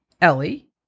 ellie